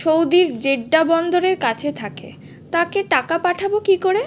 সৌদির জেড্ডা বন্দরের কাছে থাকে তাকে টাকা পাঠাবো কি করে?